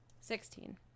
Sixteen